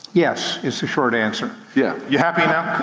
yes, is the short answer. yeah you happy now?